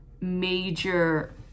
major